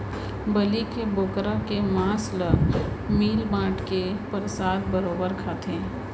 बलि के बोकरा के मांस ल मिल बांट के परसाद बरोबर खाथें